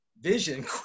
vision